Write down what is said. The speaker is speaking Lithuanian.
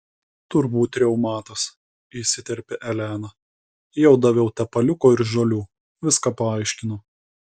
turbūt reumatas įsiterpė elena jau daviau tepaliuko ir žolių viską paaiškinau